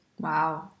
wow